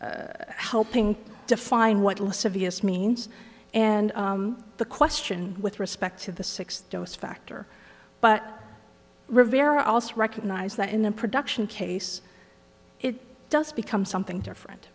of helping define what lascivious means and the question with respect to the sixth dose factor but rivera also recognize that in the production case it does become something different